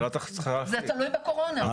זה תלוי בקורונה.